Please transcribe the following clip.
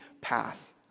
path